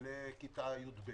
לכיתה י"ב